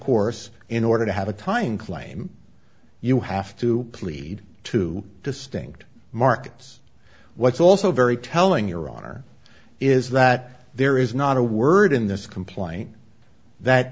course in order to have a time claim you have to plead two distinct markets what's also very telling your honor is that there is not a word in this complaint that